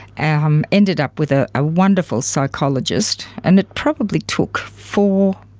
um ended up with a ah wonderful psychologist. and it probably took four,